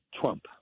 Trump